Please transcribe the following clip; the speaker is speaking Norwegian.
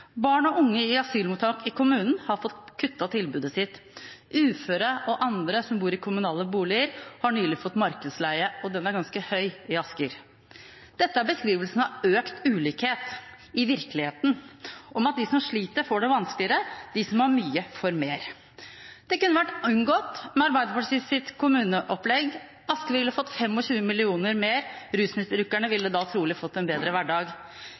Barn og unge i asylmottak i kommunen har fått kuttet tilbudet sitt. Uføre og andre som bor i kommunale boliger, har nylig fått markedsleie, og den er ganske høy i Asker. Dette er beskrivelsen av økt ulikhet – i virkeligheten. De som sliter, får det vanskeligere, og de som har mye, får mer. Dette kunne vært unngått med Arbeiderpartiets kommuneopplegg. Asker ville fått 25 mill. kr mer, og rusmisbrukere ville da trolig fått en bedre hverdag.